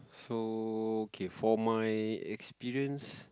so okay for my experience